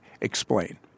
Explain